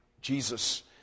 Jesus